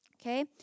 okay